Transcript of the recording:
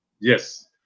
Yes